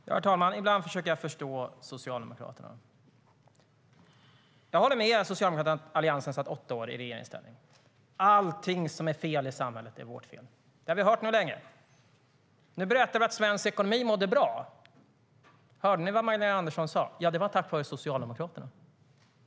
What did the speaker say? Herr talman! Ibland försöker jag förstå Socialdemokraterna. Alliansen satt åtta år i regeringsställning. Allt som är fel i samhället är vårt fel. Det har vi hört länge. Nu berättade vi att svensk ekonomi mådde bra. Hörde ni vad Magdalena Andersson sa då? Det var tack vare Socialdemokraterna.